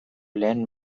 lehen